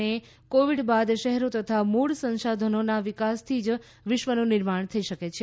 અને કોવિડ બાદ શહેરો તથા મૂળ સંશાધનોના વિકાસથી જ વિશ્વનું નિર્માણ થઈ શકશે